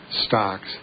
stocks